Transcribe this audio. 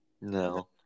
No